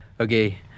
Okay